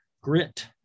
grit